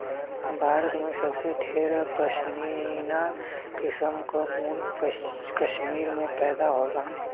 भारत में सबसे ढेर पश्मीना किसम क ऊन कश्मीर में पैदा होला